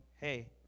hey